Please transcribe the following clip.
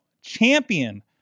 Champion